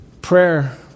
Prayer